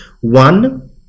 one